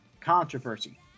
controversy